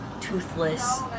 toothless